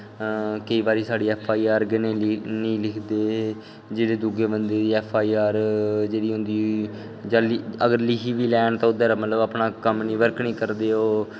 केई बार साढ़ी ऐफ्फ आई आर गै नेईं लिखदे जेह्ड़ी दुए बंदे दी ऐफ्फ आई आर होंदी अगर लिखी बी लैन तां ओह्दे पर अपना कम्म नेईं बर्क नेईं करदे ओह्